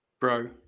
Bro